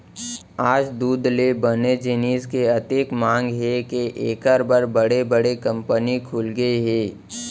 आज दूद ले बने जिनिस के अतेक मांग हे के एकर बर बड़े बड़े कंपनी खुलगे हे